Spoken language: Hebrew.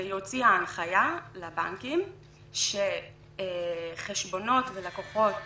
והיא הוציאה הנחיה לבנקים שחשבונות ללקוחות